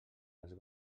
els